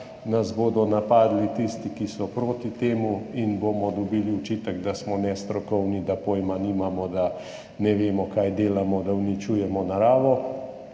nas bodo napadli tisti, ki so proti temu, in bomo dobili očitek, da smo nestrokovni, da pojma nimamo, da ne vemo, kaj delamo, da uničujemo naravo.